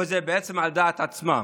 או שזה בעצם על דעת עצמם.